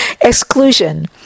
Exclusion